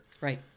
Right